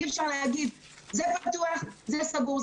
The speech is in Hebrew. אי אפשר להגיד: זה פתוח, זה סגור.